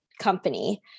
company